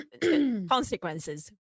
consequences